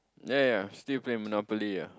ya ya still play monopoly ya